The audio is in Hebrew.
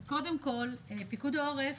אז קודם כול, פיקוד העורף,